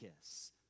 kiss